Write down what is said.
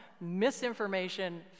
misinformation